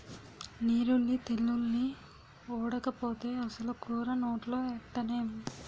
నీరుల్లి తెల్లుల్లి ఓడకపోతే అసలు కూర నోట్లో ఎట్టనేం